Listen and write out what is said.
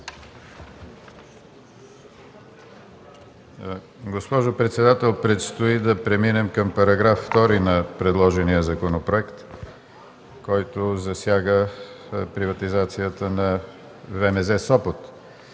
Госпожо председател, предстои да преминем към § 2 на предложения законопроект, който засяга приватизацията на ВМЗ – Сопот,